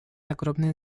огромные